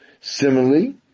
Similarly